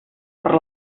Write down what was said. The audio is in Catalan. per